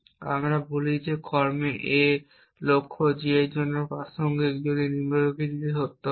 এবং আমরা বলি যে কর্মে A লক্ষ্য g এর জন্য প্রাসঙ্গিক যদি নিম্নলিখিতটি সত্য হয়